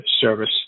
service